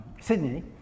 Sydney